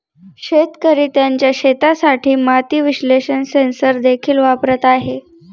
शेतकरी त्यांच्या शेतासाठी माती विश्लेषण सेन्सर देखील वापरत आहेत